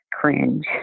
cringe